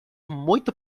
muito